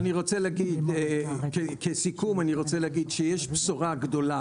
אני רוצה להגיד לסיכום שיש בשורה גדולה